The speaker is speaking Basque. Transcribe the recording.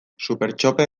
supertxope